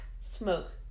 smoke